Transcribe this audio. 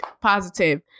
positive